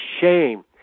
shame